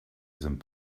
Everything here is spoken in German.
sind